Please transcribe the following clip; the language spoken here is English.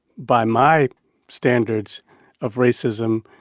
by my standards of racism,